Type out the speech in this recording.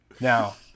now